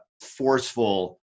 forceful